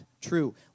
true